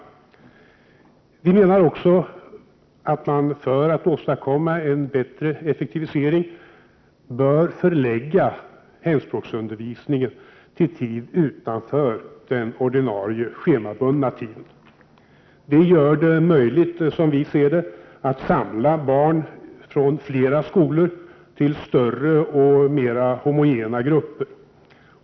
Vidare menar vi att man, för att åstadkomma en bättre effektivisering, bör förlägga hemspråksundervisningen utanför det ordinarie schemat. Det gör det möjligt att samla barn från flera skolor och på det sättet skapa större och mera homogena grupper.